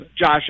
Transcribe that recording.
Josh